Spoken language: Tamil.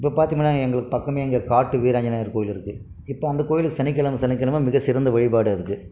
இப்போ பார்த்தோம்னா எங்களுக்கு பக்கமே எங்கள் காட்டு வீர ஆஞ்சநேயர் கோவில் இருக்குது இப்போ அந்த கோவிலுக்கு சனி கிழம சனி கிழம மிக சிறந்த வழிபாடு அதுக்கு